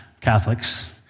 Catholics